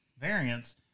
variants